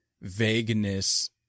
vagueness